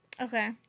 Okay